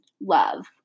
love